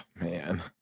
Man